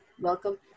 welcome